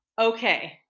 Okay